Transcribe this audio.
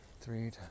three